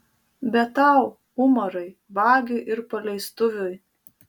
bet tau umarai vagiui ir paleistuviui